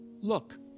Look